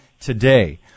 today